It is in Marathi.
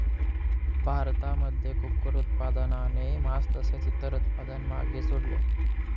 भारतामध्ये कुक्कुट उत्पादनाने मास तसेच इतर उत्पादन मागे सोडले